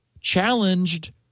challenged